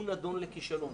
הוא נדון לכישלון.